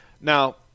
now